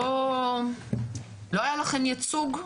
לא היה לכם ייצוג.